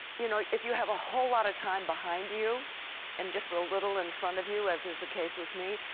you know if you have a whole lot of time behind you and just a little in front of you, as is the case with me,